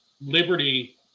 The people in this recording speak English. liberty